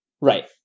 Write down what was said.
right